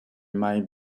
might